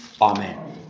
Amen